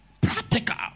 Practical